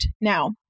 Now